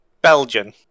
Belgian